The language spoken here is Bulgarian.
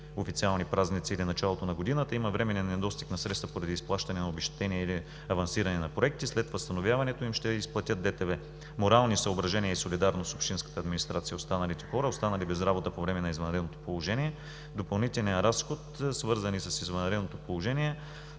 официални празници или в началото на годината – има временен недостиг на средства поради изплащане на обезщетения или авансиране на проекти, и след възстановяването им ще изплатят допълнително трудово възнаграждение; морални съображения и солидарност с общинската администрация и хората, останали без работа по време на извънредното положение; допълнителни разходи, свързани с извънредното положение;